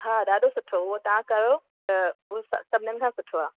हा ॾाढो सुठो उहो तव्हां कयो त हू सभिनिनि खां सुठो आहे